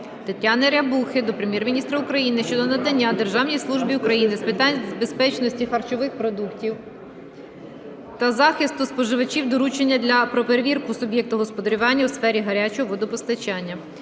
Тетяни Рябухи до Прем'єр-міністра України щодо надання Державній службі України з питань безпечності харчових продуктів та захисту споживачів доручення про перевірку суб'єкта господарювання у сфері гарячого водопостачання.